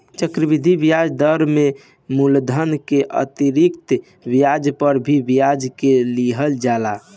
चक्रवृद्धि ब्याज दर में मूलधन के अतिरिक्त ब्याज पर भी ब्याज के लिहल जाला